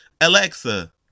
Alexa